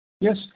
Yes